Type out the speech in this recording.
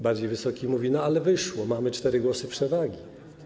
Bardziej wysoki mówi: no, ale wyszło, mamy cztery głosy przewagi.